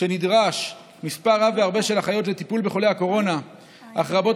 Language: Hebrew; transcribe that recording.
כשנדרש מספר רב בהרבה של אחיות לטיפול בחולי הקורונה אך רבות